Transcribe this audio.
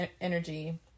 energy